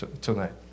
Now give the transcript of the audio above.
tonight